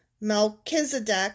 Melchizedek